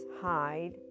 hide